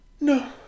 No